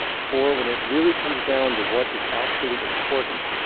for when it really comes down to what is actually important,